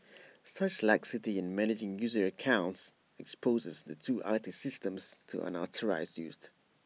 such laxity in managing user accounts exposes the two I T systems to unauthorised used